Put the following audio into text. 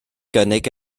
gynnig